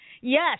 Yes